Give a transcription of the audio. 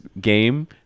game